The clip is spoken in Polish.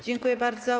Dziękuję bardzo.